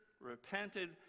repented